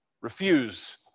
refuse